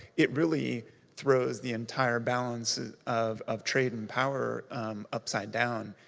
it really throws the entire balance of of trade and power upside down.